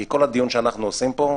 כי כל הדיון שאנחנו מקיימים פה,